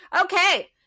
Okay